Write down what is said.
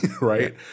right